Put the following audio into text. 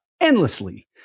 endlessly